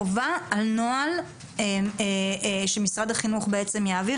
חובה על נוהל שמשרד החינוך יעביר,